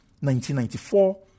1994